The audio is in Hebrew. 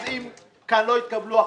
אז אם כאן לא יתקבלו החלטות,